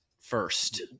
first